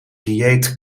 dieet